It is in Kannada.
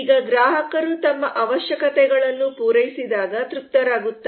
ಈಗ ಗ್ರಾಹಕರು ತಮ್ಮ ಅವಶ್ಯಕತೆಗಳನ್ನು ಪೂರೈಸಿದಾಗ ತೃಪ್ತರಾಗುತ್ತಾರೆ